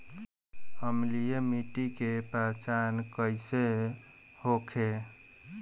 अम्लीय मिट्टी के पहचान कइसे होखे?